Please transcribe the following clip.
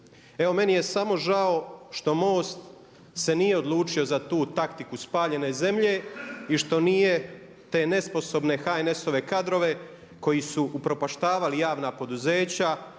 Evo meni je samo žao što MOST se nije odlučio za tu taktiku spaljene zemlje i što nije te nesposobne HNS-ove kadrove koji su upropaštavali javna poduzeća,